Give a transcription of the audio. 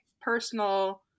personal